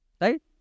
Right